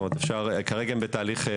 הם בתהליך,